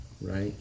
right